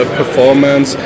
performance